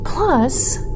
Plus